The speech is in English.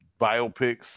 biopics